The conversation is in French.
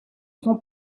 son